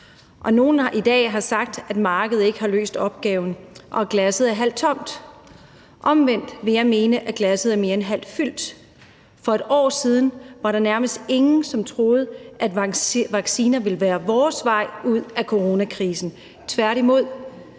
Nogle i dag har sagt, at markedet ikke har løst opgaven, og at glasset er halvt tomt. Omvendt vil jeg mene, at glasset er mere end halvt fyldt. For et år siden var der nærmest ingen, som troede, at vacciner ville være vores vej ud af coronakrisen, tværtimod.